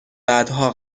بعدها